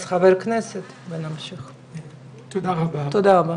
תודה רבה.